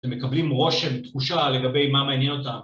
‫שמקבלים רושם, תחושה לגבי ‫מה מעניין אותם.